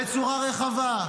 בצורה רחבה,